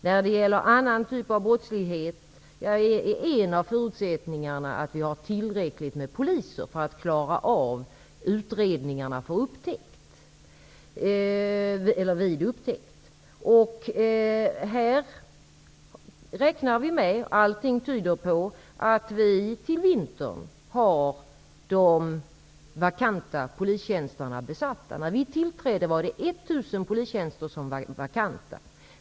När det gäller annan typ av brottslighet är en av förutsättningarna att vi har tillräckligt med poliser för att klara av utredningarna vid upptäckt. Allting tyder på att vi till vintern har de vakanta polistjänsterna besatta. När vi tillträdde var det 1 000 polistjänster som var vakanta.